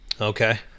Okay